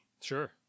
Sure